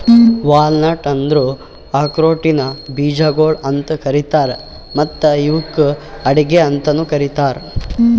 walnut ಅಂದುರ್ ಆಕ್ರೋಟಿನ ಬೀಜಗೊಳ್ ಅಂತ್ ಕರೀತಾರ್ ಮತ್ತ ಇವುಕ್ ಅಡಿಕೆ ಅಂತನು ಕರಿತಾರ್